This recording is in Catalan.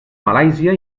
malàisia